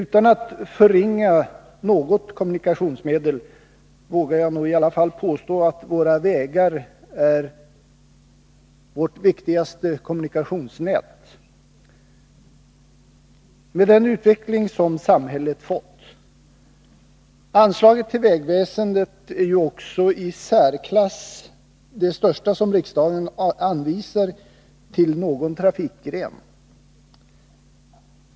Utan att förringa något kommunikationsmedel vågar jag nog i alla fall påstå att våra vägar är vårt viktigaste kommunikationsnät, med den utveckling som samhället fått. Anslagen till vägväsendet är ju också de i särklass största som riksdagen anvisar till någon trafikgren.